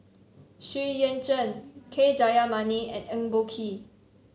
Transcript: Xu Yuan Zhen K Jayamani and Eng Boh Kee